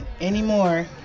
anymore